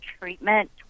treatment